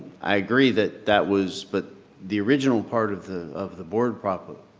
i agree that that was but the original part of the of the board properly,